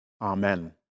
amen